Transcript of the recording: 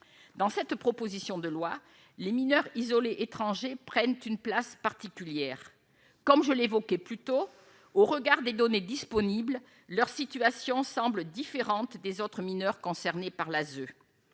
dans cette proposition de loi les mineurs isolés étrangers prennent une place particulière, comme je l'évoquais plus tôt au regard des données disponibles, leur situation semble différente des autres mineurs concernés par l'ASE,